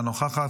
אינה נוכחת,